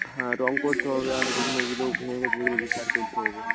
হ্যাঁ রং করতে হবে আরও যেগুলো যেগুলো ভেঙে গেছে সেগুলো রিপেয়ার করতে হবে